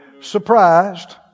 surprised